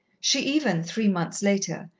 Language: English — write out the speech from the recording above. she even, three months later,